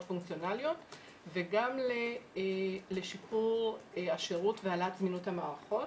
פונקציונליות וגם לשיפור השירות והעלאת זמינות המערכות,